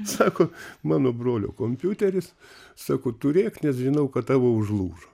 sako mano brolio kompiuteris sako turėk nes žinau kad tavo užlūžo